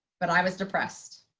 but i was depressed.